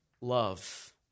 love